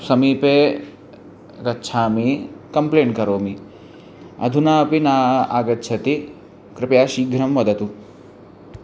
समीपे गच्छामि कम्प्लेण्ट् करोमि अधुना अपि न आगच्छति कृपया शीघ्रं वदतु